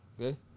Okay